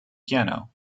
piano